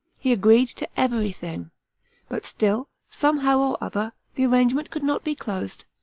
he agreed to every thing but still, some how or other, the arrangement could not be closed.